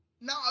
No